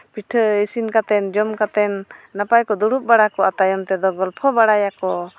ᱯᱤᱴᱷᱟᱹ ᱤᱥᱤᱱ ᱠᱟᱛᱮᱫ ᱡᱚᱢ ᱠᱟᱛᱮᱫ ᱱᱟᱯᱟᱭ ᱠᱚ ᱫᱩᱲᱩᱵ ᱵᱟᱲᱟ ᱠᱚᱜᱼᱟ ᱛᱟᱭᱚᱢ ᱛᱮᱫᱚ ᱜᱚᱞᱯᱷᱚ ᱵᱟᱲᱟᱭᱟ ᱠᱚ